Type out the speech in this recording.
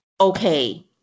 Okay